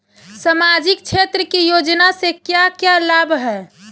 सामाजिक क्षेत्र की योजनाएं से क्या क्या लाभ है?